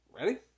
Ready